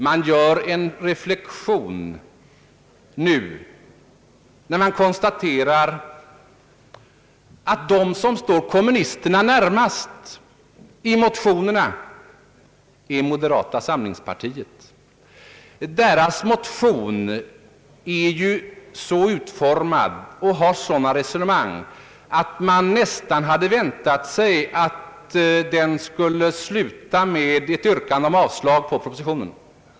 Man kan med anledning av det påpekandet göra den reflexionen att det parti som nu står närmast vänsterpartiet kommunisterna i den aktuella frågan är moderata samlingspartiet. Dess motion är ju så utformad och har sådana resonemang, att man nästan hade väntat sig att den skulle sluta med ett yrkande om avslag på propositionen.